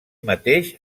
mateix